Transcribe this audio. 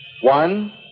One